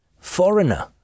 foreigner